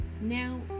Now